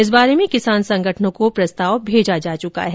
इस बारे में किसान संगठनों को प्रस्ताव भेजा जा चुका है